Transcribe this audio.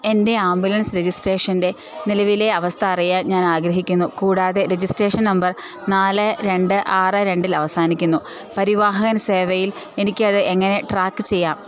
എൻ്റെ ആംബുലൻസ് രജിസ്ട്രേഷൻ്റെ നിലവിലെ അവസ്ഥയറിയാൻ ഞാനാഗ്രഹിക്കുന്നു കൂടാതെ രജിസ്ട്രേഷൻ നമ്പർ നാല് രണ്ട് ആറ് രണ്ടിൽ അവസാനിക്കുന്നു പരിവാഹൻ സേവയിൽ എനിക്ക് അതെങ്ങനെ ട്രാക്ക് ചെയ്യാം